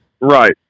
Right